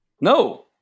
No